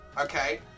okay